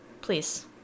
Please